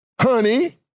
honey